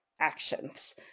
actions